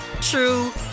true